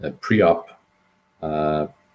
pre-op